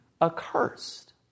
accursed